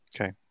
Okay